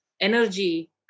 energy